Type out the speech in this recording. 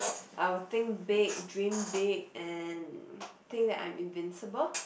I will think big dream big and think that I am invincible